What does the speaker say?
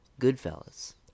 Goodfellas